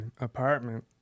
apartment